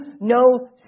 no